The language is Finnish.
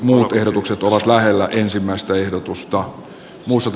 ja ehdotukset ovat lähellä ensimmäistä ehdotus to music